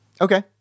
Okay